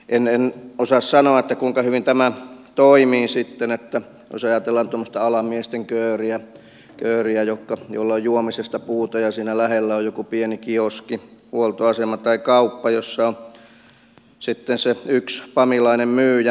en osaa sanoa kuinka hyvin tämä toimii sitten jos ajatellaan tuommoista alan miesten kööriä jolla on juomisesta puute ja siinä lähellä on joku pieni kioski huoltoasema tai kauppa jossa on sitten se yksi pamilainen myyjä